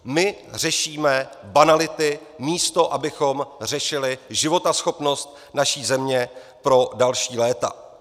My řešíme banality, místo abychom řešili životaschopnost naší země pro další léta.